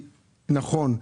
נכון,